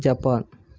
Japan